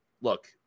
look